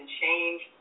change